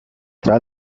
tra